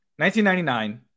1999